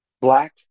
black